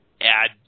add